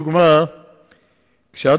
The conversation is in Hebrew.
קודם כול שמעתי את הדיווח שלך,